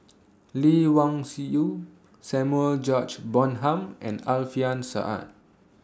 Lee Wung Yew Samuel George Bonham and Alfian Sa'at